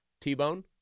T-bone